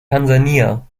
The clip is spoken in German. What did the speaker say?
tansania